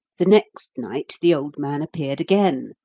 the next night the old man appeared again,